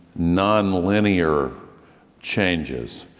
nonlinear changes.